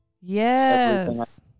Yes